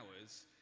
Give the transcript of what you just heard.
hours